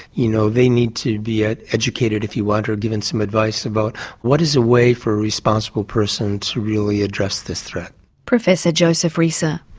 you know they need to be educated if you want or given some advice about what is a way for a responsible person to really address this threat. professor joseph reser.